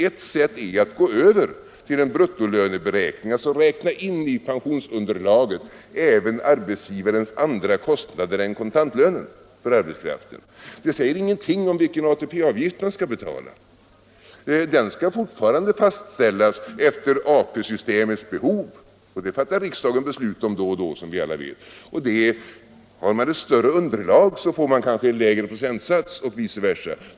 Ett sätt är att gå över till en bruttolöneberäkning och alltså i pensionsunderlaget räkna in även andra kostnader för arbetsgivaren än kontantlönen för arbetskraften. Det säger ingenting om vilken ATP-avgift man skall betala. Den skall fortfarande fastställas efter AP-systemets behov, och det fattar riksdagen beslut om då och då, som vi alla vet. Har man ett större underlag, får man kanske en lägre procentsats och vice versa.